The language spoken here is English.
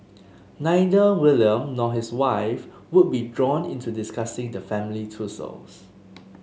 neither William nor his wife would be drawn into discussing the family tussle